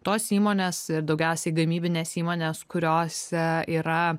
tos įmonės ir daugiausiai gamybinės įmonės kuriose yra